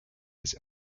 his